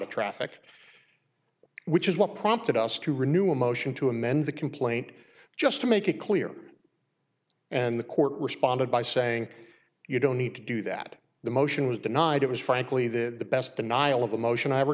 of traffic which is what prompted us to renew a motion to amend the complaint just to make it clear and the court responded by saying you don't need to do that the motion was denied it was frankly the best denial of a motion i ever